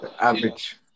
Average